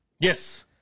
Yes